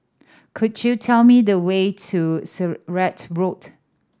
could you tell me the way to Sirat Road